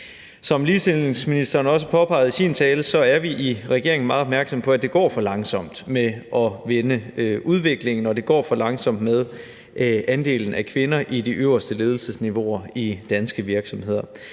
Som ligestillingsministeren også påpegede i sin tale, er vi i regeringen meget opmærksomme på, at det går for langsomt med at vende udviklingen, og det går for langsomt med at øge andelen af kvinder i de øverste ledelsesniveauer i danske virksomheder.